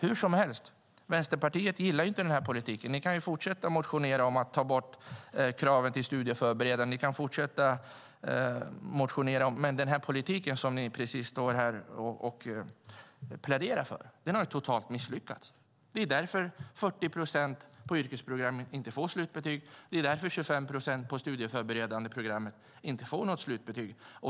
Hur som helst gillar ju Vänsterpartiet inte den här politiken. Ni kan ju fortsätta att motionera om att ta bort kravet till studieförberedande utbildning. Ni kan fortsätta att motionera, men precis den politik som ni står här och pläderar för har totalt misslyckats. Det är därför 40 procent på yrkesprogrammet inte får slutbetyg. Det är därför 25 procent på de studieförberedande programmen inte får något slutbetyg.